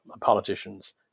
politicians